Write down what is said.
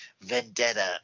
Vendetta